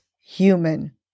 human